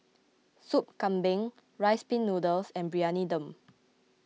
Soup Kambing Rice Pin Noodles and Briyani Dum